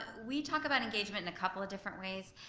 we talk about engagement in a couple of different ways.